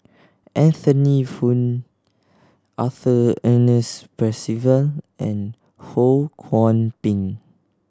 Anthony Poon Arthur Ernest Percival and Ho Kwon Ping